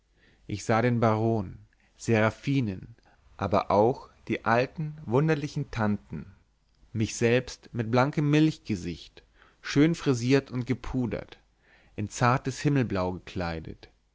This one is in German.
ich sah den baron seraphinen aber auch die alten wunderlichen tanten mich selbst mit blankem milchgesicht schön frisiert und gepudert in zartes himmelblau gekleidet